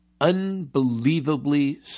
unbelievably